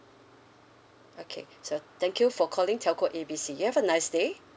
okay so thank you for calling telco A B C you have a nice day